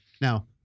Now